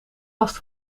last